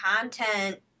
content